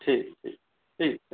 ठीक ठीक ठीक सर